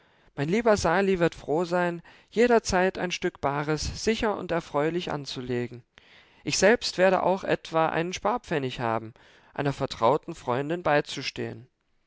mein lieber sali wird froh sein jederzeit ein stück bares sicher und erfreulich anzulegen ich selbst werde auch etwa einen sparpfennig haben einer vertrauten freundin beizustehen